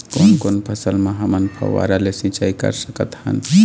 कोन कोन फसल म हमन फव्वारा ले सिचाई कर सकत हन?